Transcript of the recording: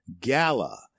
Gala